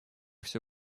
все